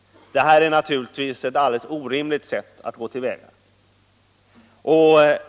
Detta är naturligtvis ett alldeles orimligt sätt att gå till väga.